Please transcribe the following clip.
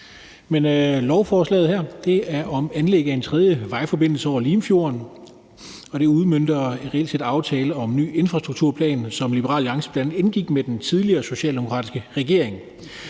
Lovforslaget her er om anlæg af en tredje vejforbindelse over Limfjorden. Det udmønter reelt set aftalen om en ny infrastrukturplan, som Liberal Alliance bl.a. indgik med den tidligere socialdemokratiske regering.